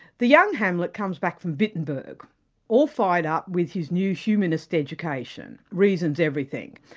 the young hamlet comes back from wittenberg all fired up with his new humanist education, reason's everything.